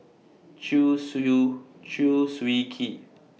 Chew Chew Swee Kee